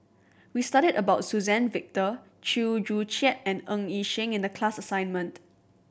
we studied about Suzann Victor Chew Joo Chiat and Ng Yi Sheng in the class assignment